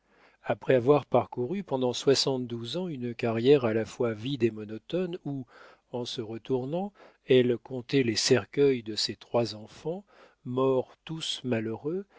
après avoir parcouru pendant soixante-douze ans une carrière à la fois vide et monotone où en se retournant elle comptait les cercueils de ses trois enfants morts tous malheureux